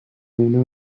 una